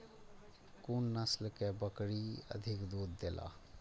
कुन नस्ल के बकरी अधिक दूध देला?